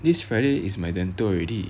this friday is my dental already